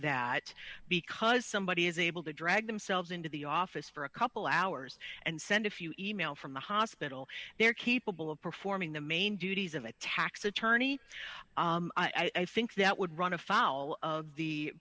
that because somebody is able to drag themselves into the office for a couple hours and send a few e mails from the hospital they're capable of performing the main duties of a tax attorney i think that would run afoul of the